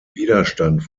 widerstand